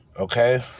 okay